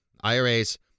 IRAs